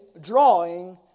drawing